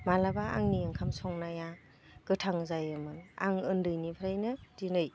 माब्लाबा आंनि ओंखाम संनाया गोथां जायोमोन आं उन्दैनिफ्रायनो दिनै